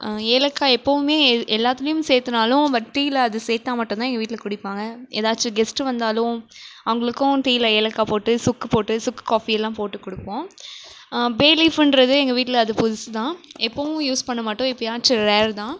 ஏலக்காய் எப்போவுமே எல்லாத்துலேயும் சேர்த்துனாலும் பட் டீயில் அது சேர்த்தா மட்டும்தான் எங்கள் வீட்டில் குடிப்பாங்க ஏதாச்சு கெஸ்ட்டு வந்தாலும் அவங்களுக்கும் டீயில் ஏலக்காய் போட்டு சுக்கு போட்டு சுக்கு காஃபியெல்லாம் போட்டு கொடுப்போம் பே லீஃப்புகிறது எங்கள் வீட்டில் அது புதுசு தான் எப்பவும் யூஸ் பண்ண மாட்டோம் எப்பேயாச்சும் ரேர்தான்